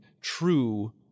true